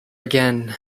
again